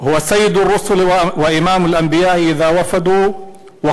שהוא נשלח כדי לרחם על העולם, על כל